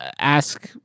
ask